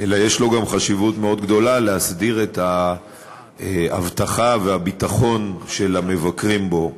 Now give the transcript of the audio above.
אלא יש גם חשיבות מאוד גדולה להסדרת האבטחה והביטחון של המבקרים בו,